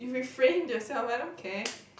you referring to yourself I don't care